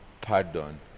pardon